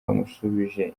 bamusubije